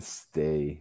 stay